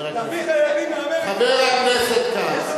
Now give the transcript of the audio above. חבר הכנסת כץ,